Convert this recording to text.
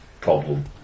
problem